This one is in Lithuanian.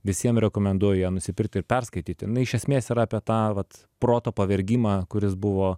visiem rekomenduoju ją nusipirkti ir perskaityti jinai iš esmės yra apie tą vat proto pavergimą kuris buvo